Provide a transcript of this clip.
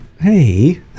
Hey